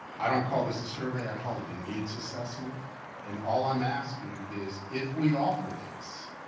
i don't call this a survey, i call it a needs assessment and all i'm asking is if we offer this,